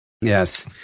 Yes